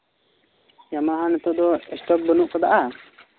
ᱡᱟᱢᱟ ᱦᱚᱸ ᱱᱤᱛᱚᱜ ᱫᱚ ᱥᱴᱚᱠ ᱵᱟᱹᱱᱩᱜ ᱠᱟᱫᱟ